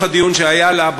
מתוך הדיון שהיה לה,